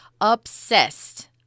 Obsessed